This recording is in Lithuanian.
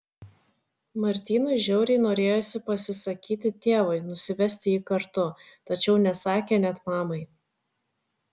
martynui žiauriai norėjosi pasisakyti tėvui nusivesti jį kartu tačiau nesakė net mamai